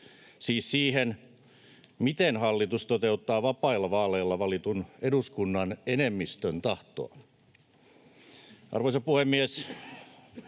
siis siihen, miten hallitus toteuttaa vapailla vaaleilla valitun eduskunnan enemmistön tahtoa. Arvoisa puhemies!